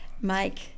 Mike